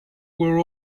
were